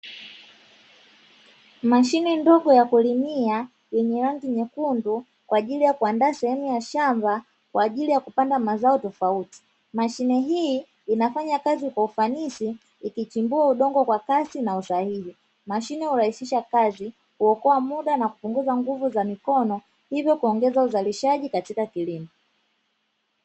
Mashine ndogo ya kulimia yenye rangi nyekundu kwa ajili ya kuandaa sehemu ya shamba kwa ajili ya kupanda mazao tofauti, mashine hii inafanya kazi kwa ufanisi ikichimbua udongo kwa kasi na usahihi, mashine hurahisisha kazi, kuokoa mda na kupunguza nguvu za mikono hivyo kuongeza uzalishaji katika kilimo.